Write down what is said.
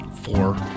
four